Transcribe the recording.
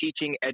teaching